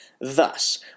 Thus